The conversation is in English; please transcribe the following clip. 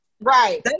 Right